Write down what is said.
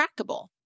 trackable